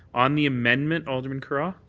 on the amendment, alderman carra.